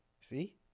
see